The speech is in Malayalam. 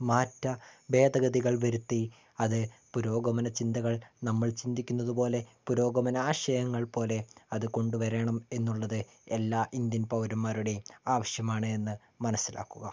മാറ്റ ഭേദഗതികൾ വരുത്തി അതെ പുരോഗമന ചിന്തകൾ നമ്മൾ ചിന്തിക്കുന്നത് പോലെ പുരോഗമന ആശയങ്ങൾപ്പോലെ അതുകൊണ്ടു വരണം എന്നുള്ളത് എല്ലാ ഇന്ത്യൻ പൗരന്മാരുടെയും ആവശ്യമാണ് എന്ന് മനസ്സിലാക്കുക